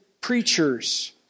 preachers